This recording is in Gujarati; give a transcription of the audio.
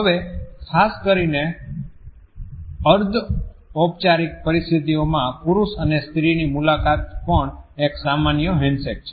હવે ખાસ કરીને અર્ધ ઔપચારીક પરિસ્થિતિઓમાં પુરુષ અને સ્ત્રીની મુલાકાત પણ એક સામાન્ય હેન્ડશેક છે